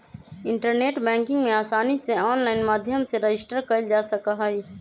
internet banking में आसानी से आनलाइन माध्यम से रजिस्टर कइल जा सका हई